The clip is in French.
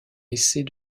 laissés